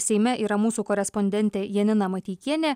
seime yra mūsų korespondentė janina mateikienė